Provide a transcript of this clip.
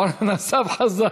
אורן אסף חזן,